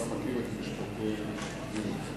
אתה מכיר את משפטי נירנברג.